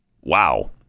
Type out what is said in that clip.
Wow